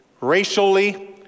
racially